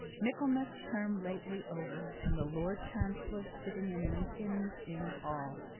michaelmas term lately over, and the lord chancellor sitting in lincoln's inn hall.